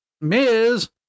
Miz